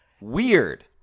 Weird